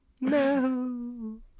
no